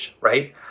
right